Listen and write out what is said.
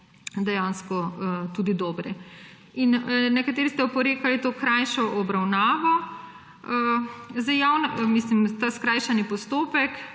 dejansko tudi dobri. In nekateri ste oporekali to krajšo obravnavo, ta skrajšani postopek.